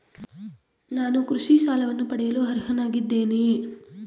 ನಾನು ಕೃಷಿ ಸಾಲವನ್ನು ಪಡೆಯಲು ಅರ್ಹನಾಗಿದ್ದೇನೆಯೇ?